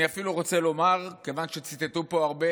אני אפילו רוצה לומר, כיוון שציטטו הרבה